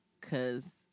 cause